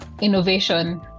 innovation